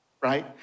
Right